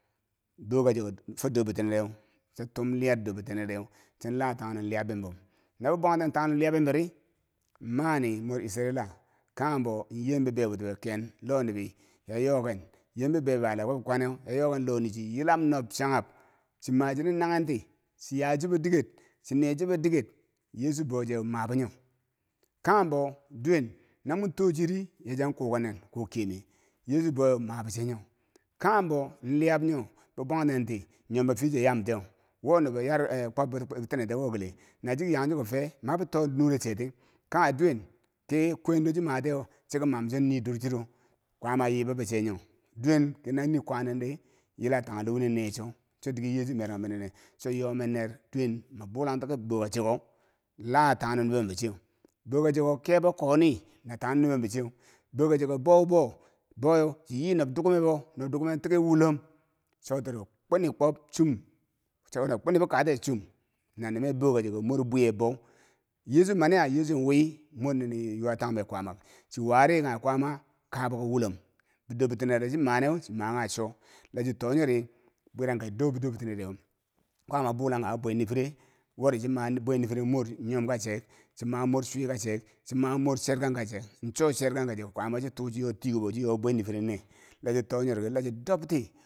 Dokacheko fo durbi tine roweu cha tuum liyad dor bitenereu chin la tangni liya bembo nabi bwangten tangnin liyab beb bori maani mor isirela kanghebo yem bi baiwutobo lonibe yayoliken lohnichi yilan yembalubo buro kebi kwanew yayoken lohni yilam nob chaab cimachinen naghenti ciyacibo diket chine chibo diket yeechu bouche mabo nyo kanghe bo duwen namo to chiri yachin kukennen kuu keme yeechu bouwe mabor cheyo kanghebo liyab nyo bobwantenti nyom bo fiye chia yatiya who nubo yar, eh kwob be tineria wo kele nacike yan chiko fe mabe to nure chiti kaghe duwen ke kwain do chimati a ciki mam cinidur chiro kwama ye boboche nyo duweu ke no ne kwananti yila tangle cho dike yeechu merabinene yoh menner duwen ma buklang tiye kebuka cheko lah tang num nubombo cheu bukacheka kebo konii na tannum nubembo cheu boka cheko bowboo bowee chiyi nob dukwomembo dukwomembo tiki wolume choturo kweni kwob chom choturo kwenibe kate chom na nime bokacheko mur bucehe bou yeechu mania yeechu wii mor nini yowa tangbeng kwaamar chiwari kanghe kwaame kubako wolom bidotbitinero chima ne chima kanghe cho lachito nyori bwirangkeriro doudur betene rar kwaama bonglang kanghe bibwo nifire wo ri chima mur nyam ka chek chima mur chwika chek chimi murchirkan ka chek cherkanga chago kwaa ma choto choyo tako be wo cho nyo be bwe nifirreni ne la cho to nyo ri kilacho dobdi.